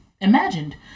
imagined